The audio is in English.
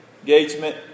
engagement